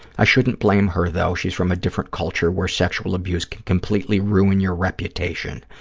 i shouldn't blame her, though. she's from a different culture where sexual abuse can completely ruin your reputation.